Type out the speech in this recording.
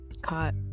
caught